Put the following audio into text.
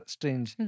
Strange